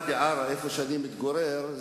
איך את יודעת שאין תוכניות?